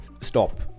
stop